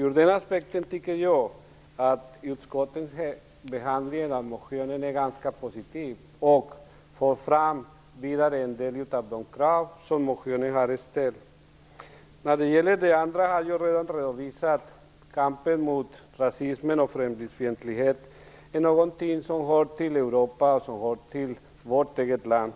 Ur den aspekten är utskottets behandling av motionen ganska positiv, och utskottet för också fram en del av de krav som ställs i motionen. Jag har redan redovisat att kampen mot rasism och främlingsfientlighet är något som hör till Europa och vårt eget land.